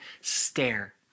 stare